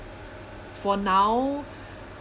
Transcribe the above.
for now